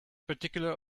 particular